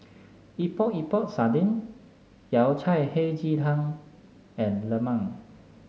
Epok Epok Sardin Yao Cai Hei Ji Tang and Lemang